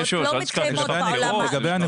לא מתקיימות בעולם האמיתי.